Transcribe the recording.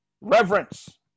Reverence